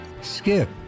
skip